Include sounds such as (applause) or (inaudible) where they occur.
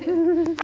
(laughs)